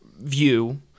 view—